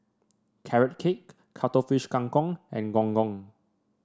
Carrot Cake Cuttlefish Kang Kong and Gong Gong